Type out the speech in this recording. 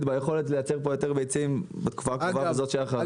ביכולת לייצר פה יותר ביצים בתקופה הקרובה וזאת שאחריה.